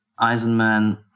Eisenman